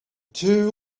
two